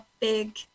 big